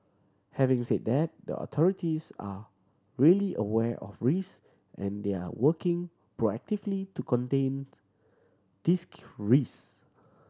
having said that the authorities are really aware of risk and they are working proactively to contain these risk